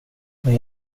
men